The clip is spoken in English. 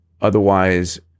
otherwise